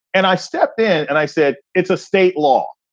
and i step in and i said, it's a state law.